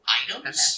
items